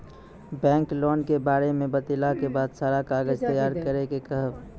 Bank loan के बारे मे बतेला के बाद सारा कागज तैयार करे के कहब?